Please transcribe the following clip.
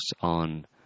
on